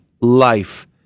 life